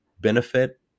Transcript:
benefit